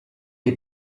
est